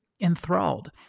enthralled